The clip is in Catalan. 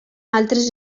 altres